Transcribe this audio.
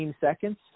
seconds